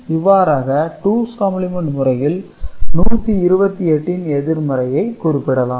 இவ்வாறாக two's complement முறையில் 128 ன் எதிர்மறை குறிப்பிடலாம்